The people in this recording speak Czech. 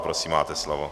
Prosím, máte slovo.